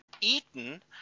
eaten